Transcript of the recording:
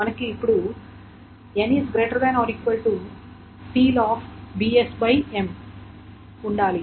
మనకు ఇప్పుడు ఉండాలి